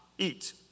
Eat